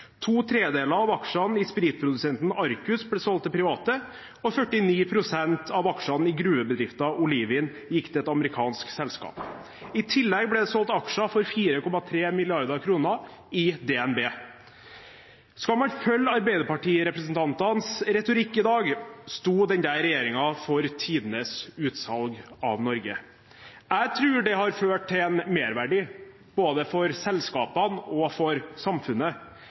To tredeler av aksjene i spritprodusenten Arcus ble solgt til private, og 49 pst. av aksjene i gruvebedriften Olivin gikk til et amerikansk selskap. I tillegg ble det solgt aksjer for 4,3 mrd. kr i DnB. Skal man følge arbeiderpartirepresentantenes retorikk i dag, sto den regjeringen for tidenes utsalg av Norge. Jeg tror det har ført til en merverdi både for selskapene og for samfunnet.